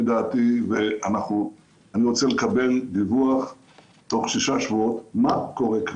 ואני רוצה לקבל דיווח תוך שישה שבועות מה קורה כאן.